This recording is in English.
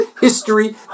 history